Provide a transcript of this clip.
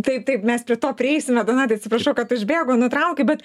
taip taip mes prie to prieisime donatai atsiprašau kad užbėgu nutraukiu bet